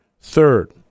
Third